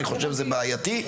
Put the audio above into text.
אני חושב שזה בעייתי,